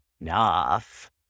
enough